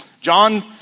John